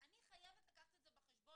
אני חייבת לקחת את זה בחשבון.